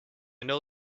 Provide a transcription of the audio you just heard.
know